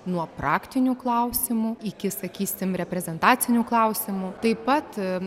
nuo praktinių klausimų iki sakysim reprezentacinių klausimų taip pat